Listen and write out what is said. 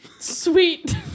Sweet